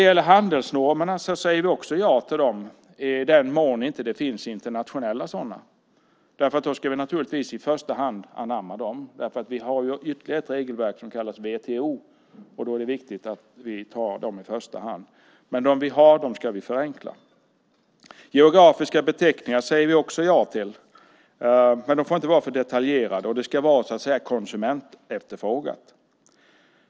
Vi säger också ja till handelsnormerna i den mån det inte finns internationella sådana. Då ska vi i första hand anamma dem. Vi har ju ett regelverk som kallas WTO och då är det viktigt att vi tar dem i första hand. Dem vi har ska vi förenkla. Geografiska beteckningar säger vi också ja till. De får dock inte vara för detaljerade och det ska vara konsumentefterfrågat.